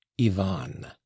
ivan